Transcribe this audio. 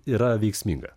yra veiksminga